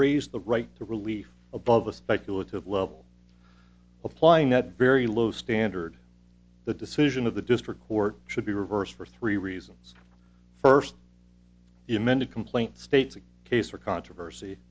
raised the right to relief above the speculative level applying that very low standard the decision of the district court should be reversed for three reasons first the amended complaint states a case or controversy